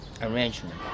Arrangement